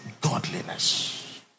godliness